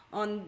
on